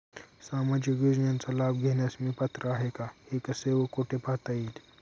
सामाजिक योजनेचा लाभ घेण्यास मी पात्र आहे का हे कसे व कुठे पाहता येईल?